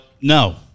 no